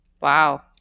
Wow